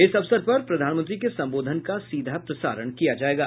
इस अवसर पर प्रधानमंत्री के संबोधन का सीधा प्रसारण किया जायेगा